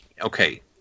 Okay